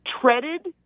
treaded